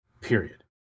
period